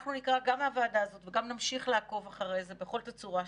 אנחנו נקרא גם מהוועדה הזאת וגם נמשיך לעקוב אחרי זה בכל תצורה שתהיה,